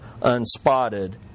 unspotted